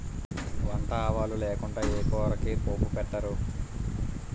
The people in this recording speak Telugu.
వంట ఆవాలు లేకుండా ఏ కూరకి పోపు పెట్టరు